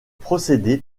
procédés